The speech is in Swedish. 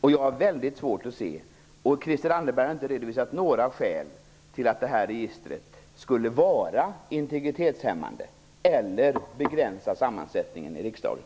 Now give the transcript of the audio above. Christel Anderberg har heller inte redovisat några skäl för att registret skulle vara integritetskränkande eller att det skulle begränsa sammansättningen i riksdagen.